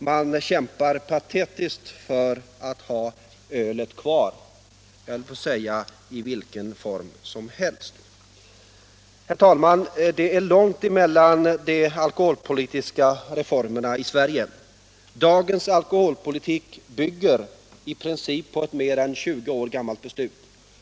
De kämpar patetiskt för att ha ölet kvar, jag höll på att säga i vilken form som helst. Herr talman! Det är långt mellan de alkoholpolitiska reformerna i Sverige. Dagens alkoholpolitik bygger i princip på ett mer än 20 år gammalt beslut.